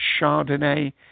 Chardonnay